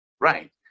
right